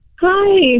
Hi